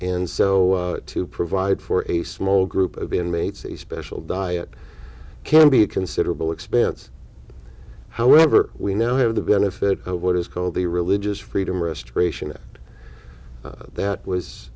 and so to provide for a small group of be inmates a special diet can be a considerable expense however we now have the benefit of what is called the religious freedom restoration act that was